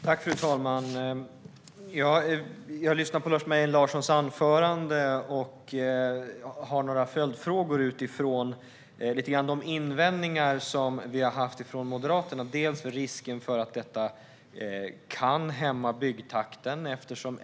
Fru talman! Jag lyssnade på Lars Mejern Larssons anförande och har några följdfrågor lite grann utifrån de invändningar som vi har haft från Moderaterna. Det gäller delvis risken för att detta kan hämma byggtakten.